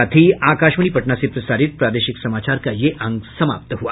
इसके साथ ही आकाशवाणी पटना से प्रसारित प्रादेशिक समाचार का ये अंक समाप्त हुआ